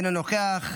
אינו נוכח,